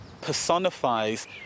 personifies